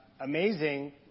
amazing